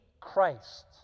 Christ